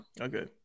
Okay